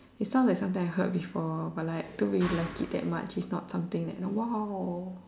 it sounds like something I heard before but like don't really like it that much it's not something that like !wow!